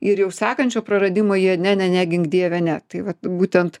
ir jau sekančio praradimo jie ne ne ne gink dieve ne tai vat būtent